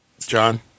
John